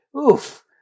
oof